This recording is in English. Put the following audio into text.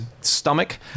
stomach